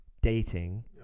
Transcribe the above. dating